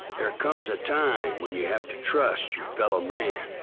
there comes a time when you have to trust your fellow man,